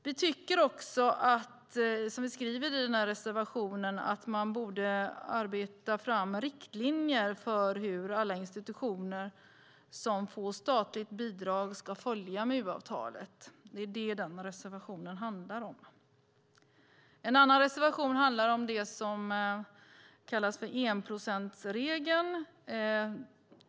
Vi tycker också, som vi skriver i den här reservationen, att man borde arbeta fram riktlinjer för hur alla institutioner som får statligt bidrag ska följa MU-avtalet. Det är det den reservationen handlar om. En annan reservation handlar om det som kallas för enprocentsregeln.